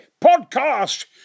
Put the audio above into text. Podcast